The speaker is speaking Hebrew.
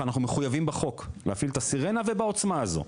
שאומרות לך: אנחנו מחויבים בחוק להפעיל את הסירנה ובעוצמה הזאת.